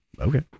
Okay